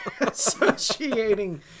associating